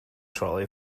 trolley